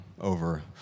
over